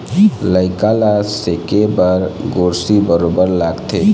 लइका ल सेके बर गोरसी बरोबर लगथे